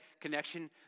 connection